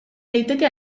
daiteke